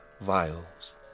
vials